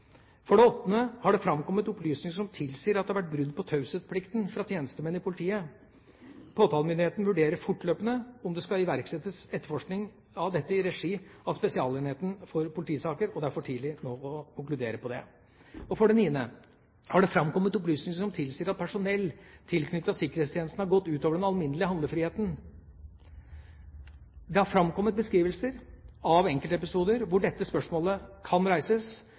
For det åttende: Har det framkommet opplysninger som tilsier at det har vært brudd på taushetsplikten fra tjenestemenn i politiet? Påtalemyndigheten vurderer fortløpende om det skal iverksettes etterforskning av dette i regi av Spesialenheten for politisaker, og det er for tidlig nå å konkludere på det. For det niende: Har det framkommet opplysninger som tilsier at personell tilknyttet sikkerhetsenheten har gått ut over den alminnelige handlefriheten? Det har framkommet beskrivelser av enkeltepisoder hvor dette spørsmålet kan reises,